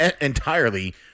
entirely